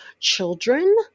children